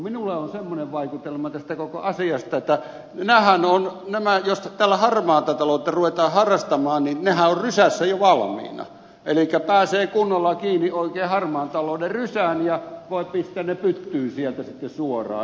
minulla on semmoinen vaikutelma tästä koko asiasta että jos tällä harmaata taloutta ruvetaan harrastamaan niin nehän ovat rysässä jo valmiina elikkä pääsee kunnolla kiinni oikein harmaan talouden rysään ja voi pistää ne pyttyyn sieltä sitten suoraan